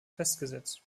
festgesetzt